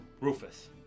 Rufus